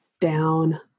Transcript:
Down